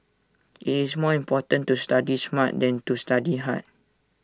IT is more important to study smart than to study hard